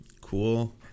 Cool